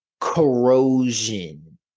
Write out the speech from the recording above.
corrosion